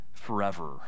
Forever